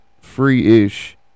free-ish